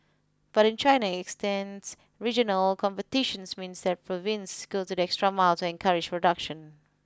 but in China extends regional competitions means that province go the extra miles to encourage production